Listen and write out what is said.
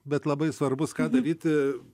bet labai svarbus ką daryti